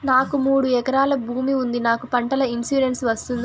నాకు మూడు ఎకరాలు భూమి ఉంది నాకు పంటల ఇన్సూరెన్సు వస్తుందా?